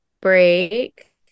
Break